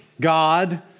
God